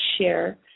share